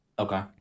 Okay